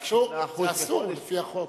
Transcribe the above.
רק, אסור לפי החוק.